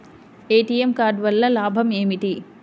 ATM card వల్ల లాభం ఏమిటి?